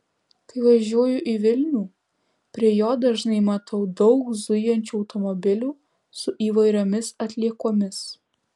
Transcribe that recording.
kai važiuoju į vilnių prie jo dažnai matau daug zujančių automobilių su įvairiomis atliekomis